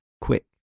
quick